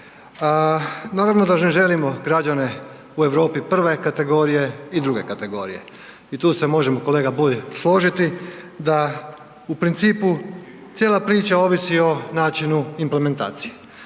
Naravno da ne želimo građane u Europi prve kategorije i druge kategorije. I tu se možemo kolega Bulj složiti da u principu cijela priča ovisi o načinu implementacije.